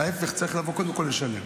וההפך, צריך לבוא קודם כול לשלם.